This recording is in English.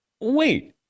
wait